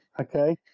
Okay